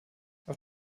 auf